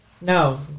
No